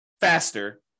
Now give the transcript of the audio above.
faster